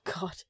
god